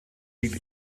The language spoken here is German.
liegt